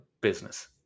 business